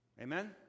Amen